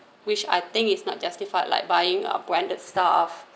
which I think is not justified like buying a branded stuff